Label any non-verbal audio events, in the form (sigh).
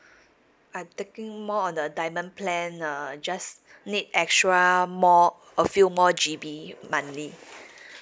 (breath) I'm taking more on the diamond plan uh just (breath) need extra more a few more G_B monthly (breath)